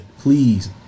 Please